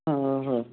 हो हो